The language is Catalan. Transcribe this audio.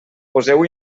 poseu